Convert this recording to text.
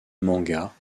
mangas